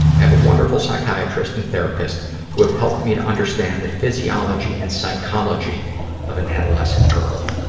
i have a wonderful psychiatrist and therapist who have helped me to understand the physiology and psychology of an adolescent girl.